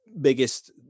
biggest